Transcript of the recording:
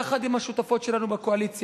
יחד עם השותפות שלנו בקואליציה,